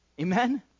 Amen